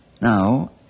Now